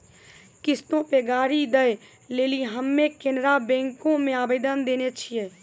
किश्तो पे गाड़ी दै लेली हम्मे केनरा बैंको मे आवेदन देने छिये